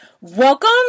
Welcome